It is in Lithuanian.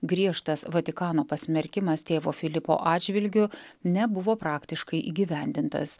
griežtas vatikano pasmerkimas tėvo filipo atžvilgiu nebuvo praktiškai įgyvendintas